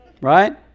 Right